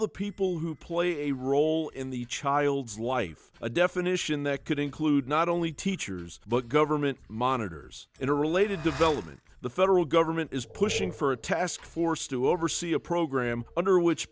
the people who play a role in the child's life a definition that could include not only teachers but government monitors in a related development the federal government is pushing for a task force to oversee a program under which